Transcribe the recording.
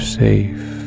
safe